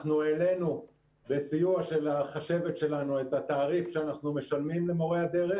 אנחנו העלינו בסיוע החשבת שלנו את התעריף שאנחנו משלמים למורי הדרך,